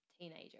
teenager